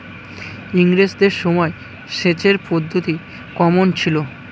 ইঙরেজদের সময় সেচের পদ্ধতি কমন ছিল?